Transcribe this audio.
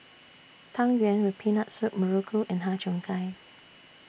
Tang Yuen with Peanut Soup Muruku and Har Cheong Gai